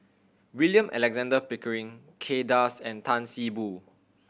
William Alexander Pickering Kay Das and Tan See Boo